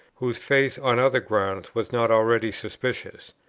whose faith on other grounds was not already suspicious.